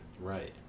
Right